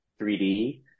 3D